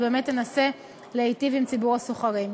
אלא באמת תנסה להיטיב עם ציבור השוכרים.